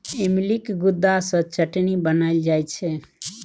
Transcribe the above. इमलीक गुद्दा सँ चटनी बनाएल जाइ छै